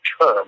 term